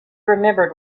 remembered